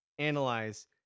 analyze